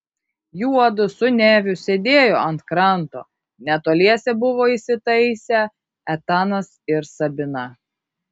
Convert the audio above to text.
juodu su neviu sėdėjo ant kranto netoliese buvo įsitaisę etanas ir sabina